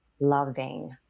loving